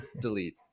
delete